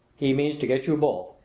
he means to get you both,